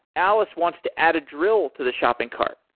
alice wants to add a drill to the shopping cart.